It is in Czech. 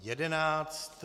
11.